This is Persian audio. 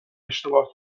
اشتباه